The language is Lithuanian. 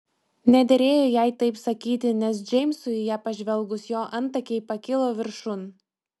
nederėjo jai taip sakyti nes džeimsui į ją pažvelgus jo antakiai pakilo viršun